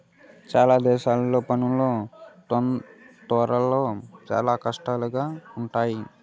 చాలా దేశాల్లో పనులు త్వరలో చాలా కష్టంగా ఉంటాయి